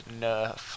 nerf